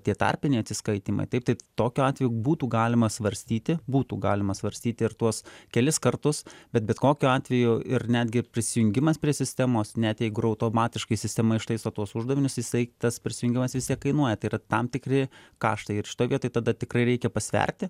tie tarpiniai atsiskaitymai taip taip tokiu atveju būtų galima svarstyti būtų galima svarstyti ir tuos kelis kartus bet bet kokiu atveju ir netgi ir prisijungimas prie sistemos net jeigu ir automatiškai sistema ištaiso tuos uždavinius jisai tas prisijungimas vistiek kainuoja tai yra tam tikri kaštai ir šitoj vietoj tada tikrai reikia pasverti